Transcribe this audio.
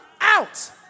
out